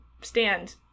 Stand